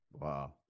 Wow